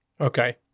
Okay